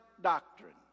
doctrine